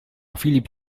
filip